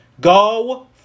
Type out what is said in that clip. go